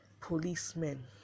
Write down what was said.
policemen